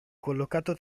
collocato